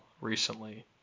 recently